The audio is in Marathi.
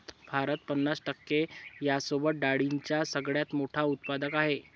भारत पन्नास टक्के यांसोबत डाळींचा सगळ्यात मोठा उत्पादक आहे